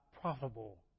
profitable